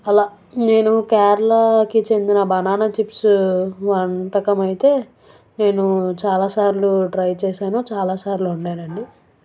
అలా నేను కేరళకి చెందిన బనానా చిప్స్ వంటకము అయితే నేను చాలా సార్లు ట్రై చేసాను చాలాసార్లు వండాను అండి